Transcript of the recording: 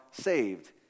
saved